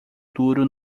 duro